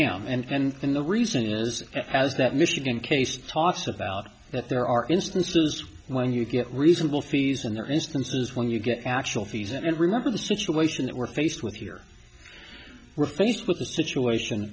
am and the reason is as that michigan case talks about that there are instances when you get reasonable fees and there are instances when you get actual fees and remember the situation that we're faced with here we're faced with a situation